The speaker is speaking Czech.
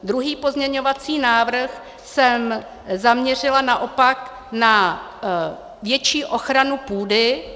Druhý pozměňovací návrh jsem zaměřila naopak na větší ochranu půdy.